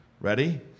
Ready